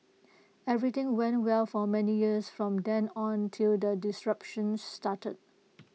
everything went well for many years from then on till the disruptions started